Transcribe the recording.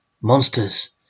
monsters